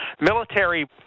Military